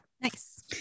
Nice